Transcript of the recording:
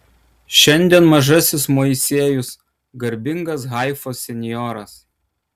šiandien mažasis moisiejus garbingas haifos senjoras